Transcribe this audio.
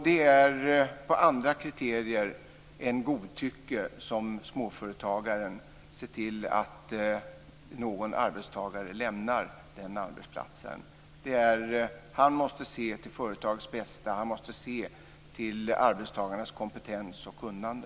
Det är på andra kriterier än godtycke som småföretagaren ser till att någon arbetstagare lämnar arbetsplatsen. Han måste se till företagets bästa. Han måste se till arbetstagarnas kompetens och kunnande.